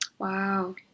Wow